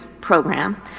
Program